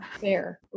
Fair